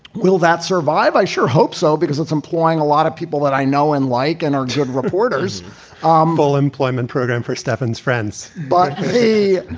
will that survive? i sure hope so, because it's employing a lot of people that i know and like and are good reporters um full employment program for stefan's friends but a.